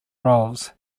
roles